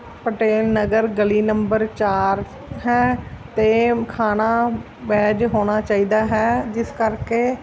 ਪਟੇਲ ਨਗਰ ਗਲੀ ਨੰਬਰ ਚਾਰ ਹੈ ਅਤੇ ਖਾਣਾ ਵੈੱਜ ਹੋਣਾ ਚਾਹੀਦਾ ਹੈ ਜਿਸ ਕਰਕੇ